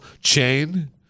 chain